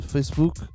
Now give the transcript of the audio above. Facebook